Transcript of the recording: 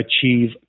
achieve